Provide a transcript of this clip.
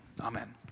amen